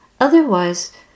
Otherwise